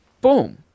boom